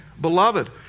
beloved